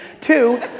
Two